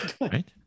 Right